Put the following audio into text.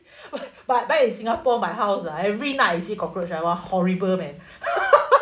but back in singapore my house ah every night I see cockroach that [one] horrible man